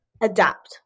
adapt